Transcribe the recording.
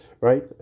right